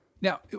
Now